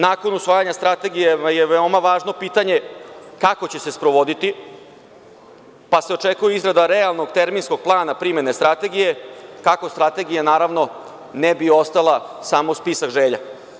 Nakon usvajanja strategije je veoma važno pitanje kako će se sprovoditi, pa se očekuje izrada realnog terminskog plana primene strategije, kako strategija, naravno, ne bi ostala samo spisak želja.